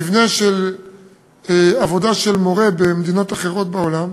את המבנה של עבודת המורה במדינות אחרות בעולם,